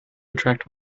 attract